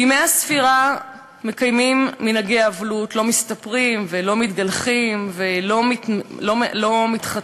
בימי הספירה מקיימים מנהגי אבלות: לא מסתפרים ולא מתגלחים ולא מתחתנים,